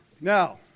Now